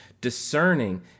discerning